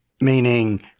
meaning